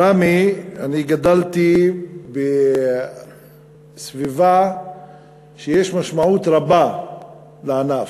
בראמה גדלתי בסביבה שבה יש משמעות רבה לענף,